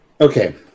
okay